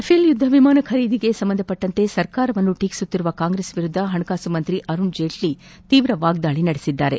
Rafale ಯುದ್ದ ವಿಮಾನ ಖರೀದಿಗೆ ಸಂಬಂಧಿಸಿದಂತೆ ಸರ್ಕಾರವನ್ನು ಟೀಕಿಸುತ್ತಿರುವ ಕಾಂಗ್ರೆಸ್ ವಿರುದ್ದ ಹಣಕಾಸು ಸಚಿವ ಅರುಣ್ ಜೇಟ್ಷಿ ವಾಗ್ವಾಳಿ ನಡೆಸಿದ್ದಾರೆ